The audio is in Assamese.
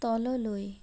তললৈ